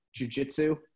jujitsu